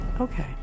Okay